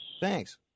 Thanks